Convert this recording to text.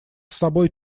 собой